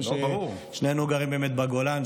שנינו גרים בגולן,